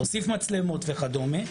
להוסיף מצלמות וכדומה.